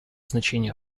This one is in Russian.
значение